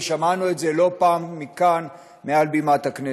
ושמענו את זה לא פעם מכאן, מעל בימת הכנסת.